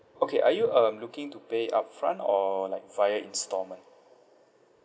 okay are you um looking to pay it upfront or like via installment